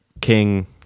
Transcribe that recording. King